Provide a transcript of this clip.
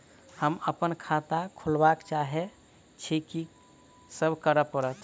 हम अप्पन खाता खोलब चाहै छी की सब करऽ पड़त?